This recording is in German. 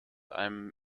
einem